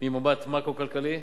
ממבט מקרו-כלכלי.